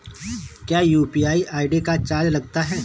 क्या UPI ID का charge लगता है?